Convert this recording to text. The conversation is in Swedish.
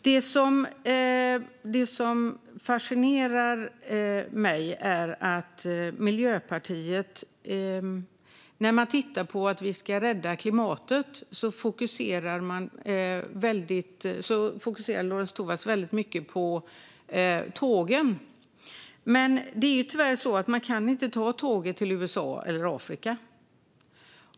Det som fascinerar mig är att Miljöpartiet och Lorentz Tovatt fokuserar mycket på tågen när det gäller att rädda klimatet, men tyvärr går det inte att ta tåget till USA eller Afrika.